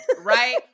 Right